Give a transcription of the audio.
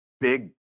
big